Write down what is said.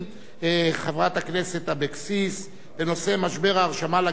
חברת הכנסת אבקסיס, בנושא משבר ההרשמה לגנים,